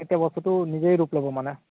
তেতিয়া বস্তুটো নিজেই ৰূপ ল'ব মানে